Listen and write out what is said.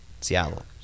Seattle